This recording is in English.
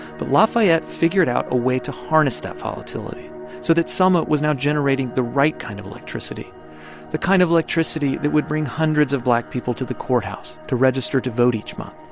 but lafayette figured out a way to harness that volatility so that selma was now generating the right kind of electricity the kind of electricity that would bring hundreds of black people to the courthouse to register to vote each month,